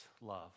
love